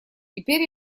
теперь